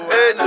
Hey